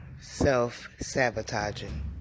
self-sabotaging